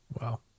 Wow